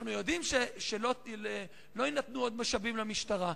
אנחנו יודעים שלא יינתנו עוד משאבים למשטרה.